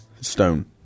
Stone